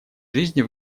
жизни